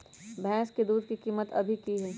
भैंस के दूध के कीमत अभी की हई?